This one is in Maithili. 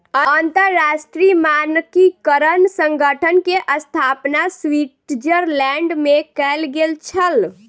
अंतरराष्ट्रीय मानकीकरण संगठन के स्थापना स्विट्ज़रलैंड में कयल गेल छल